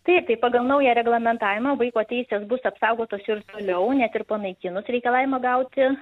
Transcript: taip tai pagal naują reglamentavimą vaiko teisės bus apsaugotos ir toliau net ir panaikinus reikalavimą gauti